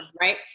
right